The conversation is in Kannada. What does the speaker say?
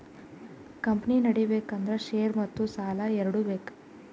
ಕಂಪನಿ ನಡುಸ್ಬೆಕ್ ಅಂದುರ್ ಶೇರ್ ಮತ್ತ ಸಾಲಾ ಎರಡು ಬೇಕ್